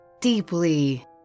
deeply